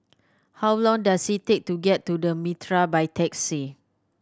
how long does it take to get to The Mitraa by taxi